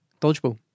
Dodgeball